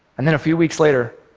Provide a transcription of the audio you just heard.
and then a few weeks later,